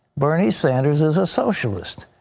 bernie sanders is a socialist.